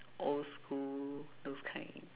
old school those kind